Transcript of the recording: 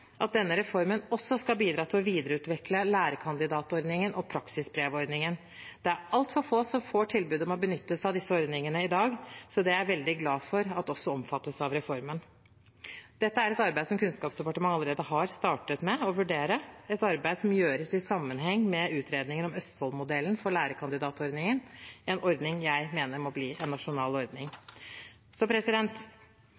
at denne reformen også skal bidra til å videreutvikle lærekandidatordningen og praksisbrevordningen. Det er altfor få som får tilbud om å benytte seg av disse ordningene i dag, så det er jeg er veldig glad for at også omfattes av reformen. Kunnskapsdepartementet har allerede startet et arbeid med å vurdere ordningene, et arbeid som gjøres i sammenheng med utredningen av Østfoldmodellen for lærekandidatordningen, en ordning jeg mener må bli en nasjonal ordning.